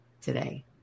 today